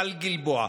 טל גלבוע,